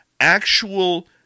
actual